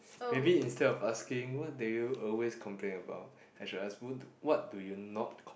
maybe instead of asking what do you always complain about I should ask who do what do you not